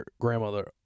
grandmother